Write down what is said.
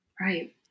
Right